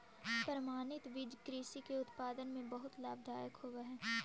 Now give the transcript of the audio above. प्रमाणित बीज कृषि के उत्पादन में बहुत लाभदायक होवे हई